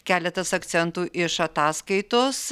keletas akcentų iš ataskaitos